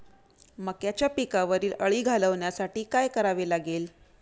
मक्याच्या पिकावरील अळी घालवण्यासाठी काय करावे लागेल?